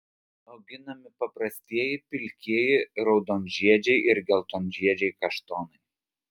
auginami paprastieji pilkieji raudonžiedžiai ir geltonžiedžiai kaštonai